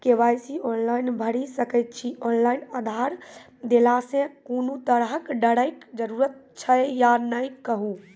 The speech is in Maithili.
के.वाई.सी ऑनलाइन भैरि सकैत छी, ऑनलाइन आधार देलासॅ कुनू तरहक डरैक जरूरत छै या नै कहू?